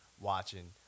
watching